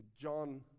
John